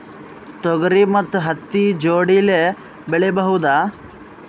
ತೊಗರಿ ಮತ್ತು ಹತ್ತಿ ಜೋಡಿಲೇ ಬೆಳೆಯಬಹುದಾ?